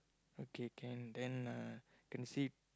okay can then uh can see